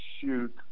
shoot